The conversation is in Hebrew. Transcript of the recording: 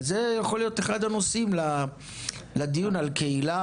אבל זה יכול להיות אחד הנושאים לדיון על קהילה,